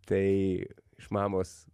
tai iš mamos